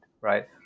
Right